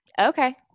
Okay